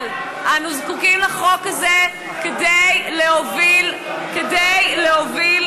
אבל אנו זקוקים לחוק הזה כדי להוביל שינוי.